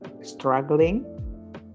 struggling